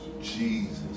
Jesus